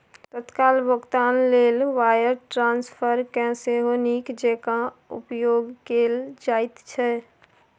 तत्काल भोगतान लेल वायर ट्रांस्फरकेँ सेहो नीक जेंका उपयोग कैल जाइत छै